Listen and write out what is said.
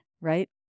right